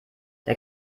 der